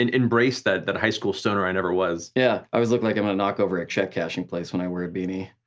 and embrace that that high school stoner i never was. yeah, i always look like i'm gonna knock over a check cashing place when i wear a beanie.